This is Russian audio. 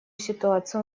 ситуацию